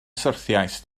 syrthiaist